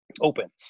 opens